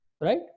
Right